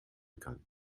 kann